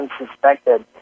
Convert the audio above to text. unsuspected